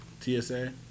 T-S-A